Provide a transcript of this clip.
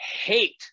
hate